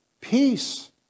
peace